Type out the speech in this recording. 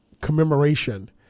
commemoration